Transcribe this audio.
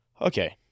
okay